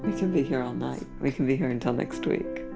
we can be here all night. we can be here until next week.